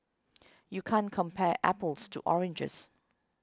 you can't compare apples to oranges